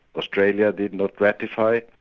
australia did not ratify,